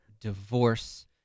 divorce